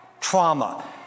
Trauma